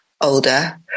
older